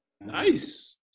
Nice